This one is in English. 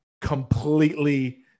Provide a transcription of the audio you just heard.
completely